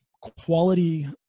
quality